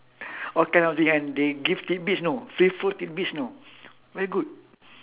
all kind of the and they give tidbits you know free flow tidbits you know very good